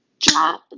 drop